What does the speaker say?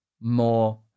more